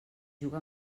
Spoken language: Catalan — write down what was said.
juga